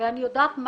ואני יודעת,